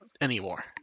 anymore